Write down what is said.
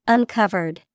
Uncovered